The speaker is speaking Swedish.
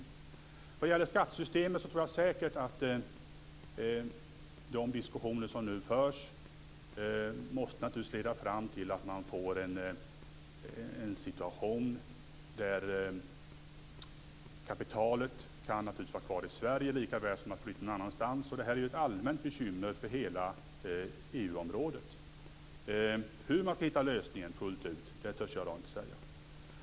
När det gäller skattesystemet tror jag säkert att de diskussioner som nu förs måste leda fram till att man får en situation där kapitalet kan vara kvar i Sverige likaväl som att flytta någon annanstans. Detta är ett allmänt bekymmer för hela EU-området. Hur man fullt ut skall hitta lösningen törs jag i dag inte säga.